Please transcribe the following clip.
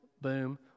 Boom